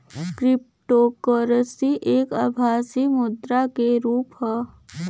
cryptocurrency एक आभासी मुद्रा क रुप हौ